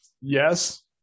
Yes